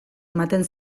ematen